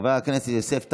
חבר הכנסת יוסף טייב,